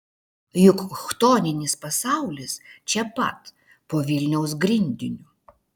juk chtoninis pasaulis čia pat po vilniaus grindiniu